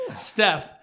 Steph